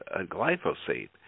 glyphosate